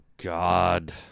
God